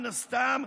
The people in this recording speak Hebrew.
מן הסתם,